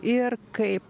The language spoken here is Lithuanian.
ir kaip